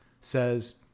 says